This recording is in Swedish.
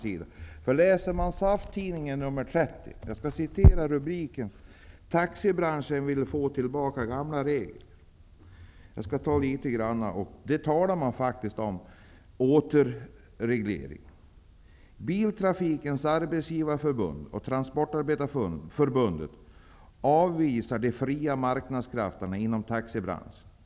Låt mig citera ur SAF-Tidningen nr 30. En rubrik där lyder: ''Taxibranschen vill få tillbaka gamla regler''. I artikeln talas om att återinföra en reglering. Där sägs vidare: ''Biltrafikens arbetsgivareförbund och Transportarbetareförbundet avvisar de fria marknadskrafterna inom taxibranschen.